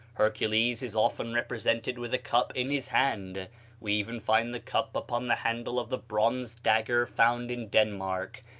hercules is often represented with a cup in his hand we even find the cup upon the handle of the bronze dagger found in denmark,